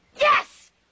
Yes